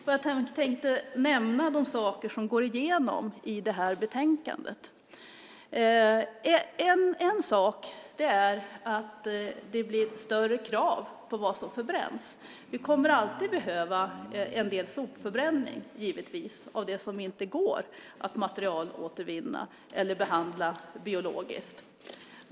Jag tänkte nämna de saker som går igenom i detta betänkande. En sak är att det blir större krav på vad som förbränns. Vi kommer alltid att behöva en del sopförbränning, givetvis, av det som inte går att materialåtervinna eller behandla biologiskt.